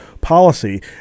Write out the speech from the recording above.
policy